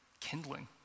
kindling